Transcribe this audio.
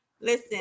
Listen